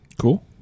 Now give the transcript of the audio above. Cool